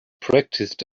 practiced